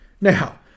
Now